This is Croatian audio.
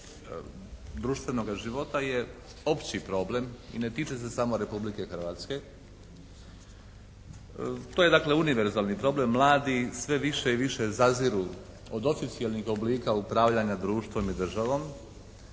društvenoga života je opći problem i ne tiče se samo Republike Hrvatske. To je dakle univerzalni problem. Mladi sve više i više zaziru od oficijelnih oblika upravljanja društvom i državom